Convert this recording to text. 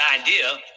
idea